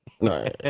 No